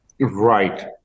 Right